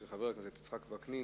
של חבר הכנסת יצחק וקנין,